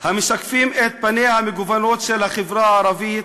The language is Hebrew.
המשקפים את פניה המגוונות של החברה הערבית